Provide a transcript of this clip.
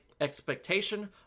expectation